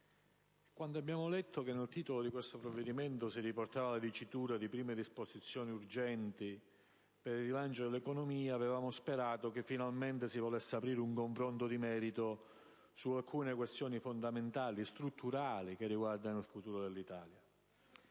quando abbiamo letto che nel titolo questo provvedimento riportava la dicitura «Prime disposizioni urgenti per l'economia», avevamo sperato che finalmente si volesse aprire un confronto di merito su alcune questioni fondamentali e strutturali che riguardano il futuro dell'Italia.